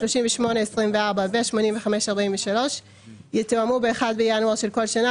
38.24 ו-85.43 יתואמו ב-1 בינואר של כל שנה,